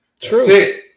True